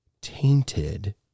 tainted